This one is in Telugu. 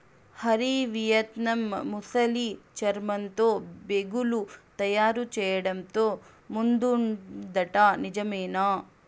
హరి, వియత్నాం ముసలి చర్మంతో బేగులు తయారు చేయడంతో ముందుందట నిజమేనా